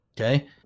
Okay